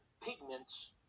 pigments